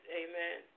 amen